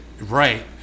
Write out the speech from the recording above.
Right